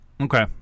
Okay